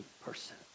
person